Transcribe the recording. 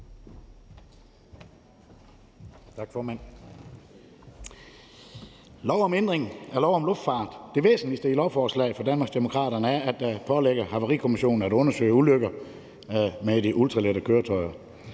lov om ændring af lov om luftfart er for Danmarksdemokraterne, at det pålægger Havarikommissionen at undersøge ulykker med de ultralette luftfartøjer.